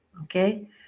Okay